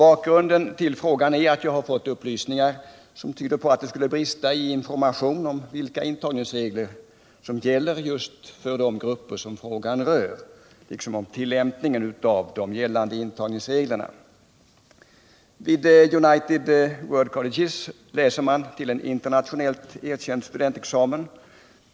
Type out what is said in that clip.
Bakgrunden till frågan är att jag har fått upplysningar som tyder på att det skulle brista i informationen om vilka intagningsregler som gäller just för de grupper som frågan rör liksom om tillämpningen av de gällande intagningsreglerna över huvud taget. Vid United World Colleges läser man till en internationellt erkänd studentexamen.